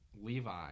Levi